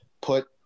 put